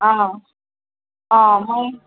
অঁ অঁ অঁ অঁ মই